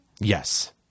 Yes